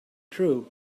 true